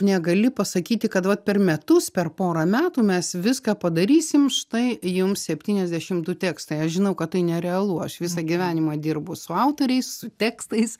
negali pasakyti kad vat per metus per porą metų mes viską padarysim štai jums septyniasdešim du tekstai aš žinau kad tai nerealu aš visą gyvenimą dirbu su autoriais su tekstais